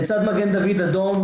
לצד מגן דוד אדום,